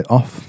Off